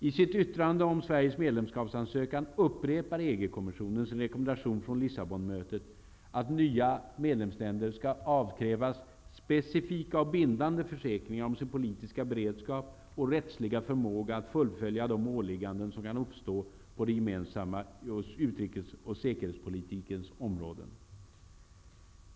I sitt yttrande om Sveriges medlemskapsansökan upprepar EG-kommissionen sin rekommendation från Lissabonmötet att nya medlemsländer skall avkrävas specifika och bindande försäkringar om sin politiska beredskap och rättsliga förmåga att fullfölja de åligganden som kan uppstå på den gemensamma utrikes och säkerhetspolitikens områden.